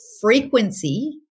frequency